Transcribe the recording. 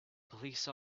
police